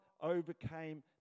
overcame